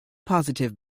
positive